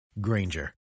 Granger